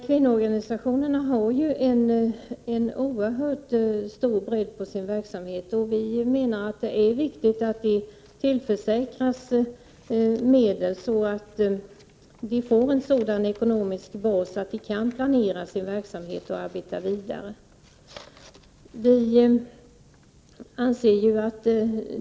Kvinnoorganisationerna har ju en oerhört stor bredd på sin verksamhet, och det är viktigt att de tillförsäkras medel, så att de får en sådan ekonomisk bas att de kan planera sin verksamhet och arbeta vidare.